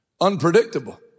unpredictable